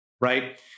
Right